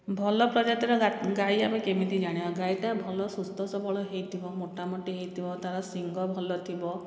ଭଲ ପ୍ରଜାତିର ଗାଈ ଆମେ କେମିତି ଜାଣିବା ଗାଈଟା ଭଲ ସୁସ୍ଥସବଳ ହେଇଥିବ ମୋଟାମୋଟି ହେଇଥିବ ତାର ଶିଙ୍ଗ ଭଲଥିବ